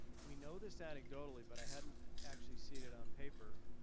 we know this anecdotally, but i hadn't actually seen it on paper.